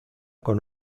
con